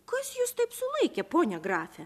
kas jus taip sulaikė pone grafe